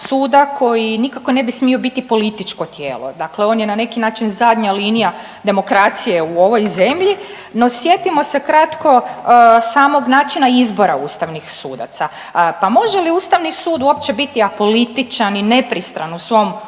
koji nikako ne bi smio biti političko tijelo, dakle on je na neki način zadnja linija demokracije u ovoj zemlji. No sjetimo se kratko samog načina izbora ustavnih sudaca, pa može li Ustavni sud uopće biti apolitičan i nepristran u svom